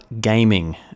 Gaming